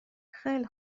خیلی